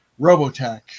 Robotech